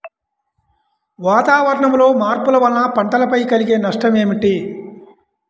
వాతావరణంలో మార్పుల వలన పంటలపై కలిగే నష్టం ఏమిటీ?